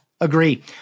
agree